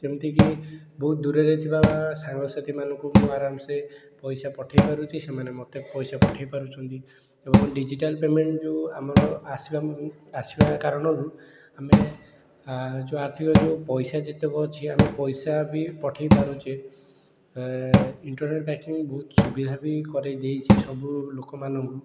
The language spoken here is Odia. ଯେମିତି କି ବହୁତ ଦୂରରେ ଥିବା ସାଙ୍ଗ ସାଥୀମାନଙ୍କୁ ମୁଁ ଆରାମସେ ପଇସା ପଠେଇ ପାରୁଛି ସେମାନେ ମୋତେ ପଇସା ପଠେଇ ପାରୁଛନ୍ତି ଏବଂ ଡିଜିଟାଲ୍ ପେମେଣ୍ଟ୍ ଯେଉଁ ଆମର ଆସିବା ଆସିବା କାରଣରୁ ଆମେ ଯେଉଁ ଆର୍ଥିକ ଯେଉଁ ପଇସା ଯେତିକ ଅଛି ଆମେ ପଇସା ବି ପଠେଇ ପାରୁଛେ ଇଣ୍ଟରନେଟ୍ ବ୍ୟାକିଂ ବହୁତ ସୁବିଧା ବି କରେଇ ଦେଇଛି ସବୁ ଲୋକମାନଙ୍କୁ